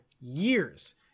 years